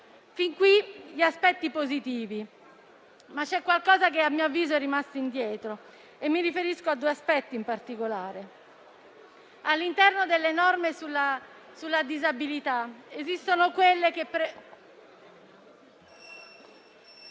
Fin qui gli aspetti positivi, ma c'è qualcosa che a mio avviso è rimasto indietro e mi riferisco a due aspetti in particolare. All'interno delle norme sulla disabilità esistono quelle che...